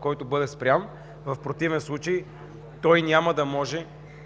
който бъде спрян. В противен случай той няма да може